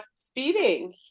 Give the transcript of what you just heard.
speeding